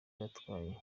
batwaye